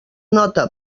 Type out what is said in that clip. nota